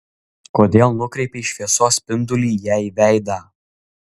kodėl nukreipei šviesos spindulį jai į veidą